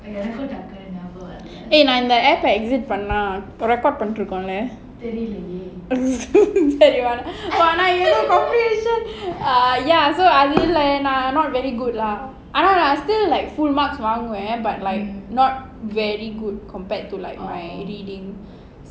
eh நான் இந்த application eh exit பண்ணா:pannaa record பண்ணிட்ருக்கும்:pannitrukum leh தெரிலயே:therilayae comprehension err ya so I ஆனா:aanaa not very good lah ஏன்னா:yenaa still like full marks but like not very good compared to like my reading